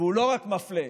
והוא לא רק מפלה,